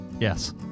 Yes